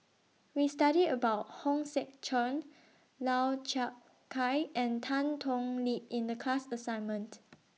We studied about Hong Sek Chern Lau Chiap Khai and Tan Thoon Lip in The class assignment